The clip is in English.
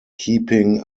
keeping